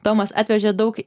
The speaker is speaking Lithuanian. tomas atvežė daug